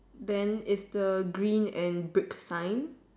then is the green and brick sign